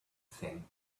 thing